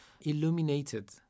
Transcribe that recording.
illuminated